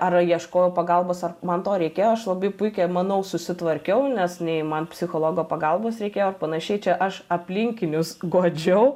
ar ieškojau pagalbos ar man to reikėjo aš labai puikiai manau susitvarkiau nes nei man psichologo pagalbos reikėjo ar panašiai čia aš aplinkinius guodžiau